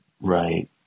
Right